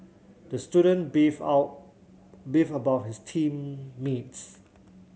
the student beefed out beefed about his team mates